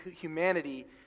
humanity